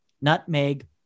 nutmeg